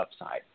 upside